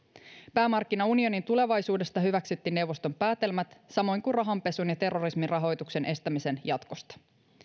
pääomamarkkinaunionin tulevaisuudesta hyväksyttiin neuvoston päätelmät samoin kuin rahanpesun ja terrorismin rahoituksen estämisen jatkosta